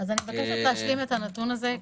מבקשת להשלים את הנתון הזה.